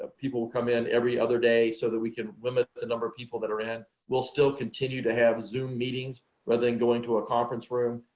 people come in every other day, so that we can limit the number of people that are in, we'll still continue to have zoom meetings rather than going to a conference room,